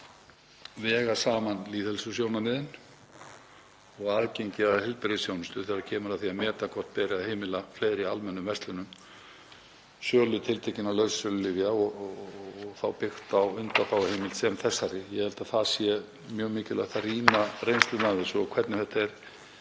vega saman lýðheilsusjónarmiðin og aðgengi að heilbrigðisþjónustu þegar kemur að því að meta hvort beri að heimila fleiri almennum verslunum sölu tiltekinna lausasölulyfja og þá byggt á undanþáguheimild sem þessari. Ég held að það sé mjög mikilvægt að rýna reynsluna af þessu og hvernig þetta er